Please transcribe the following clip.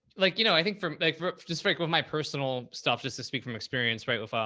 like, you know, i think for like, for just fake it with my personal stuff, just to speak from experience, right. with,